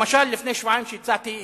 למשל, לפני שבועיים, הצעתי אי-אמון.